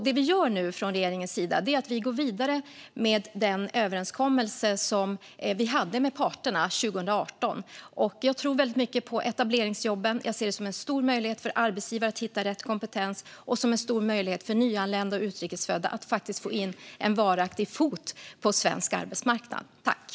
Det vi nu gör från regeringens sida är att vi går vidare med den överenskommelse som ingicks med parterna 2018. Jag tror väldigt mycket på etableringsjobben. Jag ser det som en stor möjlighet för arbetsgivare att hitta rätt kompetens och för nyanlända och utrikes födda att få in en varaktig fot på svensk arbetsmarknad.